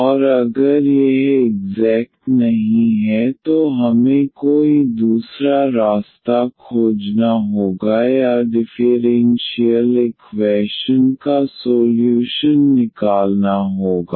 और अगर यह इग्ज़ैक्ट नहीं है तो हमें कोई दूसरा रास्ता खोजना होगा या डिफ़ेरेन्शियल इक्वैशन का सोल्यूशन निकालना होगा